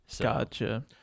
Gotcha